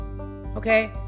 okay